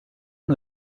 amb